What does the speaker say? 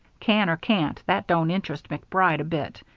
can or can't, that don't interest macbride a bit.